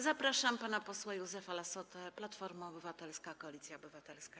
Zapraszam pana posła Józefa Lassotę, Platforma Obywatelska - Koalicja Obywatelska.